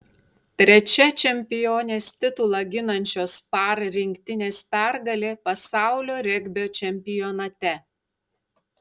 trečia čempionės titulą ginančios par rinktinės pergalė pasaulio regbio čempionate